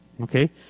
Okay